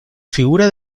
figura